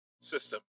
system